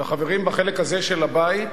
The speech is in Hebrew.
וחברים בחלק הזה של הבית